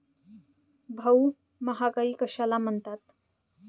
भाऊ, महागाई कशाला म्हणतात?